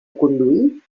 conduir